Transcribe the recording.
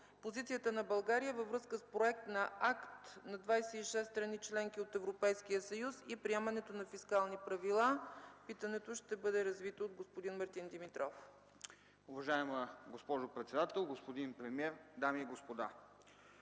позицията на България във връзка с проект на акт на 26 страни – членки на Европейския съюз, и приемането на фискални правила. Питането ще бъде развито от господин Мартин Димитров. МАРТИН ДИМИТРОВ (СК): Уважаема госпожо председател, господин премиер, дами и господа!